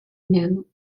new